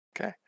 Okay